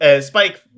spike